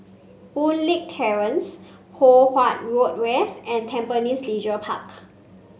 Boon Leat Terrace Poh Huat Road West and Tampines Leisure Park